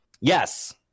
Yes